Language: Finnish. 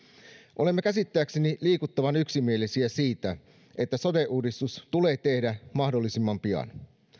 olemme käsittääkseni liikuttavan yksimielisiä siitä että sote uudistus tulee tehdä mahdollisimman pian